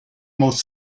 most